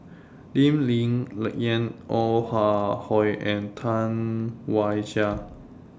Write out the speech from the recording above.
Lee Ling Yen Ong Ah Hoi and Tam Wai Jia